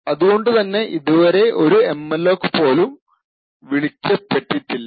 അതുകൊണ്ടു തന്നെ ഇതുവരെ ഒരു എംഅലോക് പോലും വിളിച്ചിട്ടില്ല